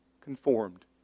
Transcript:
conformed